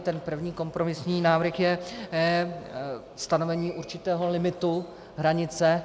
Ten první kompromisní návrh je stanovení určitého limitu, hranice.